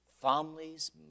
families